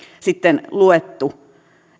sitten luettu